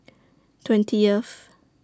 twentieth